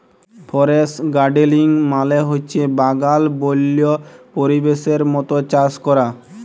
forest গাড়েলিং মালে হছে বাগাল বল্য পরিবেশের মত চাষ ক্যরা